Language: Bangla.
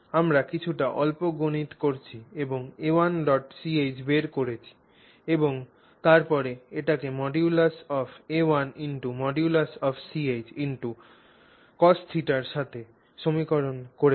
আমরা কিছুটা অল্প গণিত করছি এবং a1 dot Ch বের করেছি এবং তারপরে এটিকে modulus of a1×the modulus of Ch × cosθ র সাথে সমীকরণ করেছি